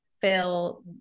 fill